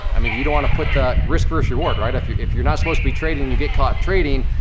i mean, you don't wanna put the risk verses reward, right? if you're if you're not supposed to be trading and you get caught trading,